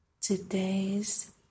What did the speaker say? today's